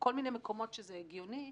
מקומות שזה הגיוני,